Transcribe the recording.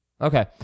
Okay